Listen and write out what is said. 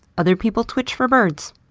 other people twitch for birds.